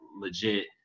legit